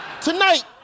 Tonight